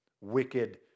wicked